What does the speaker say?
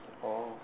oh